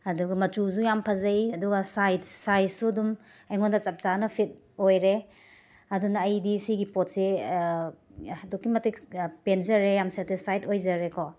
ꯑꯗꯨꯒ ꯃꯆꯨꯁꯨ ꯌꯥꯝꯅ ꯐꯖꯩ ꯑꯗꯨꯒ ꯁꯥꯏꯠꯁ ꯁꯥꯏꯁꯁꯨ ꯑꯗꯨꯝ ꯑꯩꯉꯣꯟꯗ ꯆꯞ ꯆꯥꯅ ꯐꯤꯠ ꯑꯣꯏꯔꯦ ꯑꯗꯨꯅ ꯑꯩꯗꯤ ꯁꯤꯒꯤ ꯄꯣꯠꯁꯦ ꯑꯗꯨꯛꯀꯤ ꯃꯇꯤꯛ ꯄꯦꯟꯖꯔꯦ ꯌꯥꯝꯅ ꯁꯦꯇꯤꯁꯐꯥꯏꯠ ꯑꯣꯏꯖꯔꯦꯀꯣ